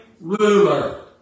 ruler